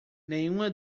nenhuma